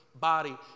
body